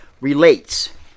relates